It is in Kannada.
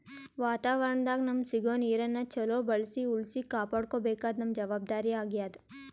ವಾತಾವರಣದಾಗ್ ನಮಗ್ ಸಿಗೋ ನೀರನ್ನ ಚೊಲೋ ಬಳ್ಸಿ ಉಳ್ಸಿ ಕಾಪಾಡ್ಕೋಬೇಕಾದ್ದು ನಮ್ಮ್ ಜವಾಬ್ದಾರಿ ಆಗ್ಯಾದ್